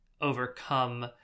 overcome